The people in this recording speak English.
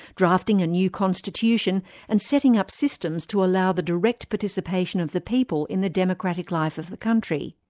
drafting a new constitution and setting up systems to allow the direct participation of the people in the democratic life of the country.